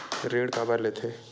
ऋण काबर लेथे?